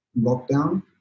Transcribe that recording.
lockdown